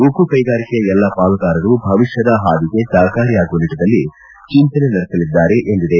ಉಕ್ಕು ಕೈಗಾರಿಕೆಯ ಎಲ್ಲಾ ಪಾಲುದಾರರು ಭವಿಷ್ಲದ ಹಾದಿಗೆ ಸಹಕಾರಿಯಾಗುವ ನಿಟ್ಟನಲ್ಲಿ ಚಿಂತನೆ ನಡೆಸಲಿದ್ದಾರೆ ಎಂದಿದೆ